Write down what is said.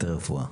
בתי רפואה.